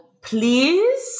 please